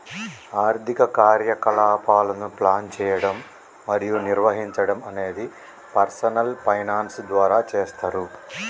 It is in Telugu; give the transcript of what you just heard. ఆర్థిక కార్యకలాపాలను ప్లాన్ చేయడం మరియు నిర్వహించడం అనేది పర్సనల్ ఫైనాన్స్ ద్వారా చేస్తరు